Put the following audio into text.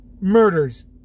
murders